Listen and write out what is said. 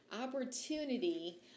opportunity